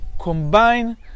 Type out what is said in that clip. combine